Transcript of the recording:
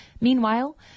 Meanwhile